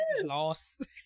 lost